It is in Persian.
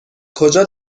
کجا